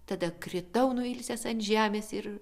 tada kritau nuilsęs ant žemės ir